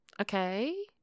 Okay